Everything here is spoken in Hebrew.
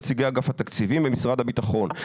נציגי אגף התקציבים במשרד הביטחון".